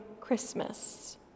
Christmas